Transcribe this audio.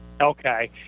Okay